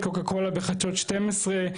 קוקה קולה בחדשות 12,